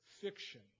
fiction